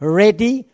ready